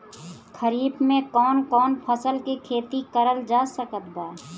खरीफ मे कौन कौन फसल के खेती करल जा सकत बा?